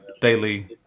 daily